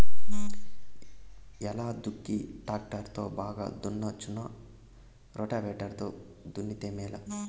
ఎలా దుక్కి టాక్టర్ లో బాగా దున్నవచ్చునా రోటివేటర్ లో దున్నితే మేలా?